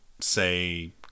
say